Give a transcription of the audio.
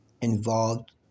involved